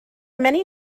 many